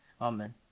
Amen